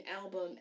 album